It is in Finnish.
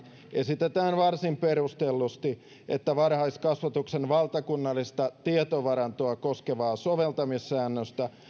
esitetään varsin perustellusti että varhaiskasvatuksen valtakunnallista tietovarantoa koskevaa soveltamissäännöstä